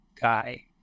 guy